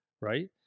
right